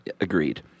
Agreed